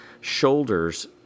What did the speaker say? Shoulders